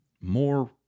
more